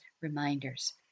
reminders